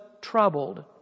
troubled